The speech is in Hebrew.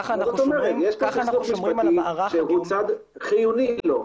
כלומר יש פה צד חיוני לו.